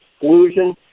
exclusion